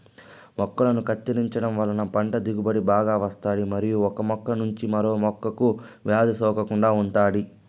మొక్కలను కత్తిరించడం వలన పంట దిగుబడి బాగా వస్తాది మరియు ఒక మొక్క నుంచి మరొక మొక్కకు వ్యాధి సోకకుండా ఉంటాది